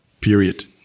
period